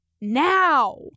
now